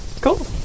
cool